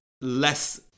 less